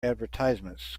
advertisements